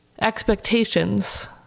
expectations